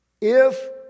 If